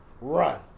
Run